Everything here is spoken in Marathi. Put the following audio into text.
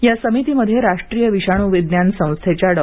या समितीमध्ये राष्ट्रीय विषाणूविज्ञान संस्थेच्या डॉ